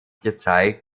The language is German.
gezeigt